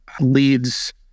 leads